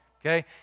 Okay